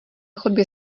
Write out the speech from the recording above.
chodbě